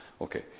Okay